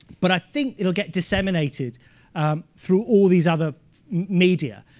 but i think it'll get disseminated through all these other media.